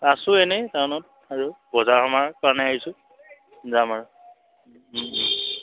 আছোঁ এনেই টাউনত আৰু বজাৰ সমাৰৰ কাৰণে আহিছোঁ যাম আৰু